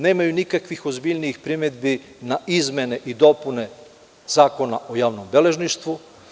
Nemaju nikakvih ozbiljnijih primedbi na izmene i dopune Zakona o javnom beležništvu.